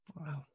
Wow